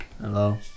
Hello